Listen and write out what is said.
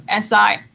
si